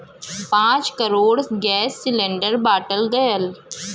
पाँच crore gas cylinder बाँटल गएल